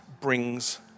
brings